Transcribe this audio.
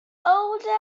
older